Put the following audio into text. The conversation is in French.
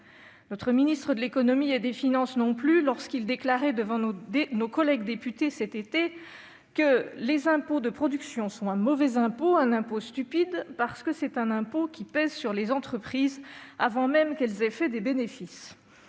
notre ministre de l'économie et des finances, qui déclarait devant nos collègues députés, cet été, que « les impôts de production sont de mauvais impôts, des impôts stupides, parce qu'ils pèsent sur les entreprises avant même qu'elles aient fait des bénéfices